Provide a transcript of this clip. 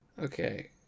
Okay